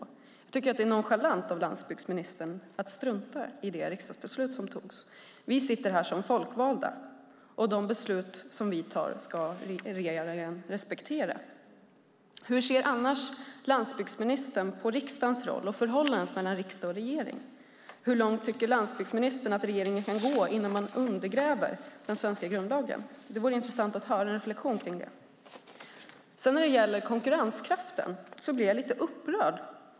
Jag tycker att det är nonchalant av landsbygdsministern att strunta i det riksdagsbeslut som togs. Vi sitter här som folkvalda. De beslut som vi tar ska regeringen respektera. Hur ser annars landsbygdsministern på riksdagens roll och förhållandet mellan riksdag och regering? Hur långt tycker landsbygdsministern att regeringen kan gå innan den undergräver den svenska grundlagen? Det vore intressant att höra en reflexion kring det. När det gäller konkurrenskraften blir jag lite upprörd.